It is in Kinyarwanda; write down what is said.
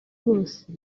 bose